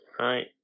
Right